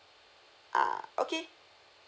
ah okay